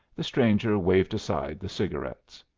the stranger waved aside the cigarettes.